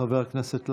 חבר הכנסת להב,